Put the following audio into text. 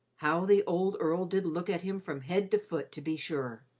how the old earl did look at him from head to foot, to be sure!